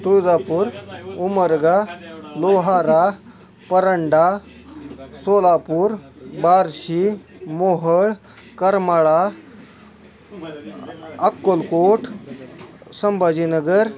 तुळजापूर उमरगा लोहारा परंडा सोलापूर बारशी मोहोळ करमाळा अ अक्कोलकोट संभाजीनगर